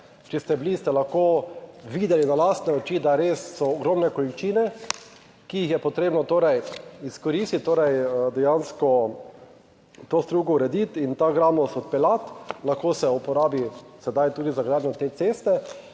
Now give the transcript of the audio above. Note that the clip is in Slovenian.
če ste bili ste lahko videli na lastne oči, da res so ogromne količine, ki jih je potrebno torej izkoristiti. Torej dejansko to strugo urediti in ta gramoz odpeljati. Lahko se uporabi sedaj tudi za gradnjo te ceste,